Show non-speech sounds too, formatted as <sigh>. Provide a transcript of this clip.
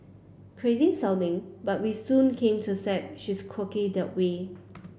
crazy sounding but we soon came to accept she is quirky that way <noise>